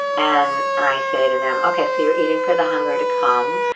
and i say to them, okay, so you're eating for the hunger to come.